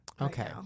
Okay